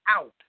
out